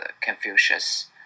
Confucius